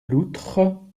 loutre